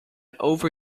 over